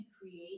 create